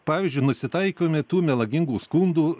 pavyzdžiui nusitaikom į tų melagingų skundų